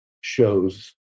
shows